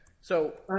so-